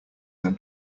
than